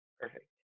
perfect